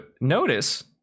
notice